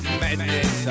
madness